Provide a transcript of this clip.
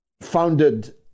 founded